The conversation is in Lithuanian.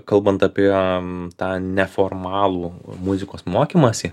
kalbant apie tą neformalų muzikos mokymąsi